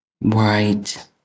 Right